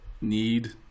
need